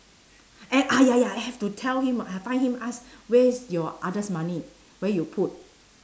a~ ah ya ya I have to tell him find him ask where is your others money where you put